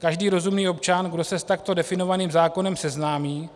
Každý rozumný občan, kdo se s takto definovaným zákonem seznámí,